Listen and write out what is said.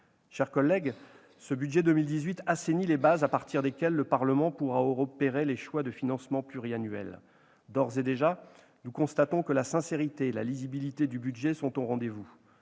Chers collègues, le budget pour 2018 assainit les bases à partir desquelles le Parlement pourra opérer les choix de financement pluriannuel. D'ores et déjà, nous constatons que la sincérité et la lisibilité du budget sont au rendez-vous.